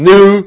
New